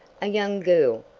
a young girl,